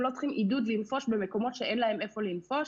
הם לא צריכים עידוד לנפוש כשאין להם איפה לנפוש.